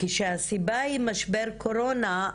כאשר הסיבה היא משבר הקורונה,